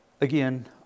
Again